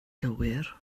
gywir